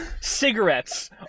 cigarettes